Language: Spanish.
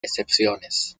excepciones